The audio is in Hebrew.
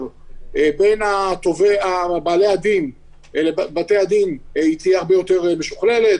בין בעלי הדין לבתי-הדין תהיה הרבה יותר משוכללת.